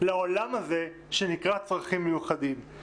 לעולם הזה שנקרא צרכים מיוחדים.